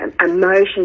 emotions